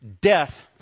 death